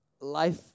life